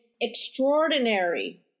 extraordinary